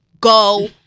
go